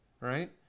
right